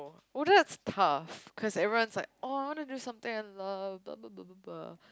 well that's tough because everyone's like oh I wanna do something I love blah blah blah blah blah